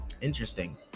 Interesting